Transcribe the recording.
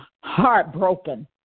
heartbroken